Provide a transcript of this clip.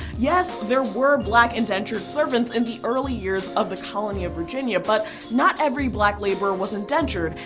yes, there were black indentured servants in the early years of the colony of virginia but not every black laborer was indentured,